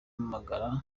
ampamagara